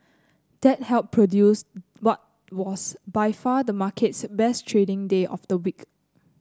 that helped produce what was by far the market's best trading day of the week